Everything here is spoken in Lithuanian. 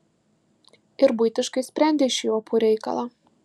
ir buitiškai sprendė šį opų reikalą